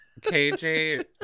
KJ